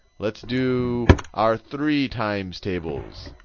let's do our three times tables.